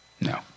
No